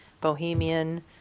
Bohemian